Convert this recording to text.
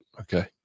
okay